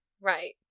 right